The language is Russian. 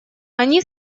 они